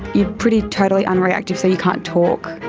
you're pretty totally unreactive, so you can't talk.